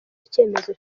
icyemezo